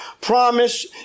promise